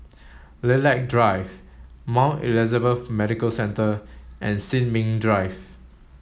Lilac Drive Mount Elizabeth Medical Centre and Sin Ming Drive